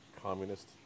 communist